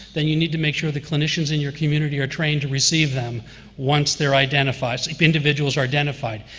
then you need to make sure the clinicians in your community are trained to receive them once they're identified, as individuals are identified.